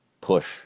push